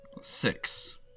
Six